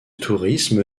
tourisme